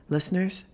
Listeners